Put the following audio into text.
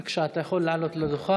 בבקשה, אתה יכול לעלות לדוכן.